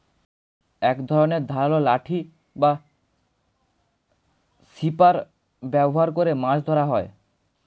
এক ধরনের ধারালো লাঠি বা স্পিয়ার ব্যবহার করে মাছ ধরা হয়